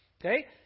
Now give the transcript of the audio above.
Okay